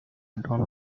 don